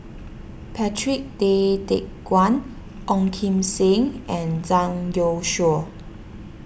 Patrick Tay Teck Guan Ong Kim Seng and Zhang Youshuo